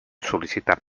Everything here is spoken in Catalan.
sol·licitar